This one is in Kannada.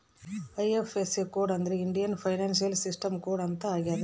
ಐ.ಐಫ್.ಎಸ್.ಸಿ ಕೋಡ್ ಅಂದ್ರೆ ಇಂಡಿಯನ್ ಫೈನಾನ್ಶಿಯಲ್ ಸಿಸ್ಟಮ್ ಕೋಡ್ ಅಂತ ಆಗ್ಯದ